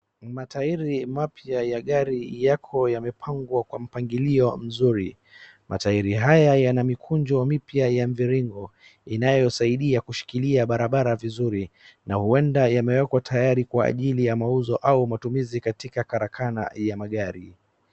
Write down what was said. Matairi mapya ya gari yako yamepangwa kwa mpangilio mzuri. Matairi haya yana mikunjo mipya ya mviringo, inayosaidia kushikilia barabara vizuri, na huenda yamewekwa tayari kwa ajili ya mauzo au matumizi katika karakana ya magari.